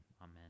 amen